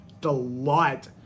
delight